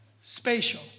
spatial